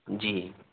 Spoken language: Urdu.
جی